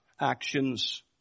actions